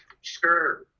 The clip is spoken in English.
Sure